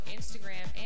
Instagram